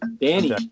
Danny